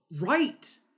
right